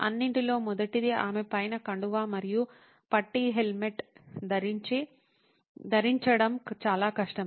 అన్నింటిలో మొదటిది ఆమె పైన కండువా మరియు పట్టీ హెల్మెట్ ధరించడం చాలా కష్టం